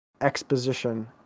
exposition